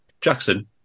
Jackson